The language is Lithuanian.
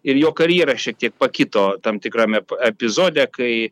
ir jo karjera šiek tiek pakito tam tikrame epizode kai